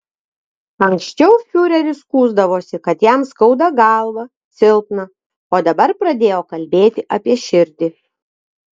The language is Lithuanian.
anksčiau fiureris skųsdavosi kad jam skauda galvą silpna o dabar pradėjo kalbėti apie širdį